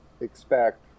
expect